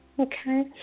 Okay